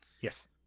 Yes